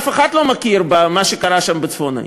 אף אחד לא מכיר במה שקרה שם בצפון האי,